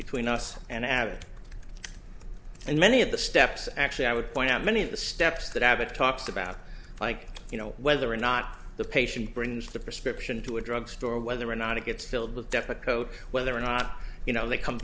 between us and abbott and many of the steps actually i would point out many of the steps that abbott talks about like you know whether or not the patient brings the prescription to a drug store or whether or not it gets filled with depakote whether or not you know they come